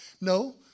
No